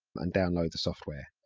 and download the software.